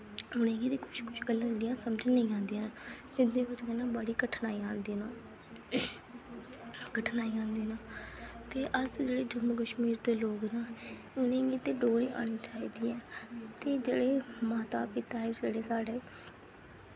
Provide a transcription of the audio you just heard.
उ'नें गी ते कुछ कुछ गल्लां जेह्ड़ियां समझ नेईं आंदियां न ते इं'दी ब'जा कन्नै बड़ी इ'यां कठिनाइयां आंदियां न कठिनाइयां आंदियां ते अस जेह्ड़े जम्मू कश्मीर दे लोग न इ'नें गी ते डोगरी औनी चाहिदी ऐ ते जेह्ड़े माता पिता ऐ साढ़े